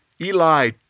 Eli